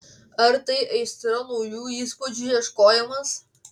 ar tai aistra naujų įspūdžių ieškojimas